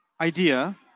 idea